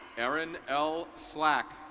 aaron l slack.